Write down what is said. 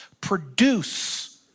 produce